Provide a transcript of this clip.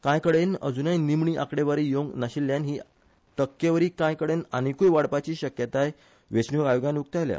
कांयकडेन अजुनय निमणी आकडेवारी येवंक नाशिल्ल्यान हि टक्केवारी कांयकडेन आनीकुय वाडपाची शक्यताय वेचणुक आयोगान उक्तायल्या